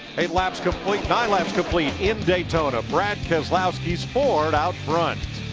eight laps complete, nine laps complete in daytona. brad keslowski's ford out front.